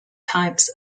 types